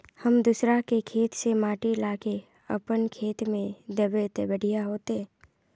हम दूसरा के खेत से माटी ला के अपन खेत में दबे ते बढ़िया होते?